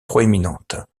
proéminentes